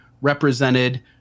represented